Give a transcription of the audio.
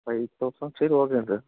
five thousand சரி okay sir